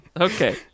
Okay